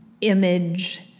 image